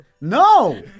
no